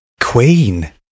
Queen